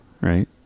right